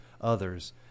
others